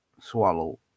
swallow